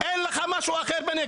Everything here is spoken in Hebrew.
אין לך משהו אחר בנגב.